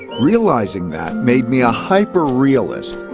realizing that made me a hyper-realist,